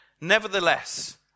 Nevertheless